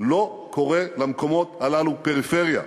לא קורא למקומות הללו פריפריה.